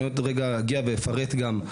אני עוד רגע ואפרט גם,